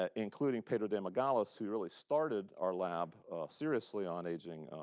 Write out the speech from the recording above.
ah including pedro de magalhaes, who really started our lab seriously on aging